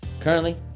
Currently